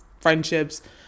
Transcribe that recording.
friendships